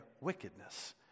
wickedness